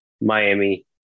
Miami